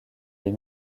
les